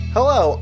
Hello